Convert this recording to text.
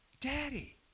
daddy